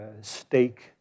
Stake